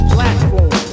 Platform